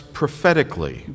prophetically